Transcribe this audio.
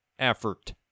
Effort